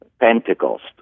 Pentecost